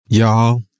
Y'all